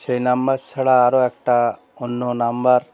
সেই নাম্বার ছাড়া আরো একটা অন্য নাম্বার